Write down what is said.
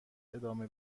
ادامه